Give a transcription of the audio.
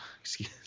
Excuse